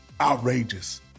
outrageous